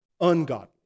ungodly